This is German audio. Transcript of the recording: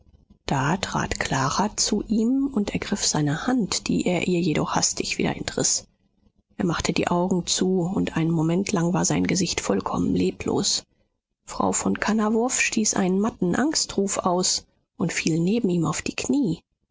da trat clara zu ihm und ergriff seine hand die er ihr jedoch hastig wieder entriß er machte die augen zu und einen moment lang war sein gesicht vollkommen leblos frau von kannawurf stieß einen matten angstruf aus und fiel neben ihm auf die knie